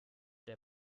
der